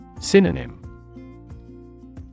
Synonym